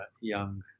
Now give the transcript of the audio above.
young